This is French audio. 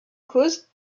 cause